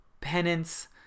penance